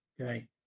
Okay